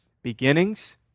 Beginnings